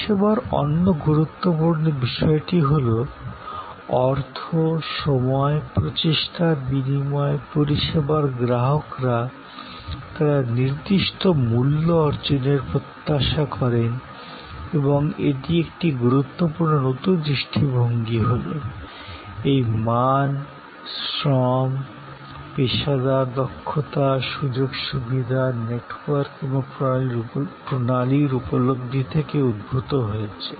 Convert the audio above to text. পরিষেবার অন্য গুরুত্বপূর্ণ বিষয়টি হল অর্থ সময় প্রচেষ্টার বিনিময়ে পরিষেবার গ্রাহকরা নির্দিষ্ট মূল্য অর্জনের প্রত্যাশা করে এবং এটি একটি গুরুত্বপূর্ণ নতুন দৃষ্টিভঙ্গি হল এই মান শ্রম পেশাদার দক্ষতা সুযোগ সুবিধা নেটওয়ার্ক এবং প্রণালীর উপলব্ধি থেকে উদ্ভূত হয়েছে